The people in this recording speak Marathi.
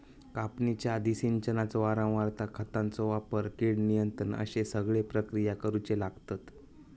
कापणीच्या आधी, सिंचनाची वारंवारता, खतांचो वापर, कीड नियंत्रण अश्ये सगळे प्रक्रिया करुचे लागतत